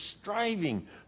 striving